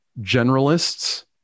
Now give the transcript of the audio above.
Generalists